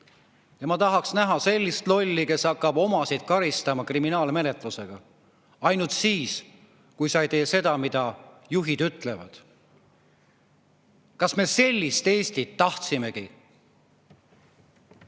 Ma tahaks näha sellist lolli, kes hakkab omasid karistama kriminaalmenetlusega – ainult siis, kui sa ei tee seda, mida juhid ütlevad. Kas me sellist Eestit tahtsimegi?